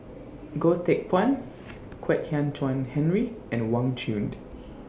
Goh Teck Phuan Kwek Hian Chuan Henry and Wang Chunde